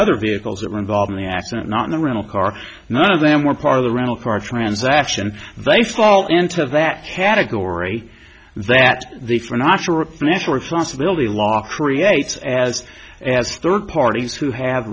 other vehicles that were involved in the accident not the rental car none of them were part of the rental car transaction they fall into that category that the for not national responsibility law creates as as third parties who have